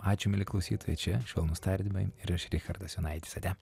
ačiū mieli klausytojai čia švelnūs tardymai ir aš richardas jonaitis ate